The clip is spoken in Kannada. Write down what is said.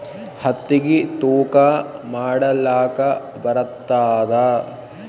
ಹತ್ತಿಗಿ ತೂಕಾ ಮಾಡಲಾಕ ಬರತ್ತಾದಾ?